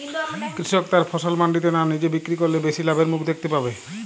কৃষক তার ফসল মান্ডিতে না নিজে বিক্রি করলে বেশি লাভের মুখ দেখতে পাবে?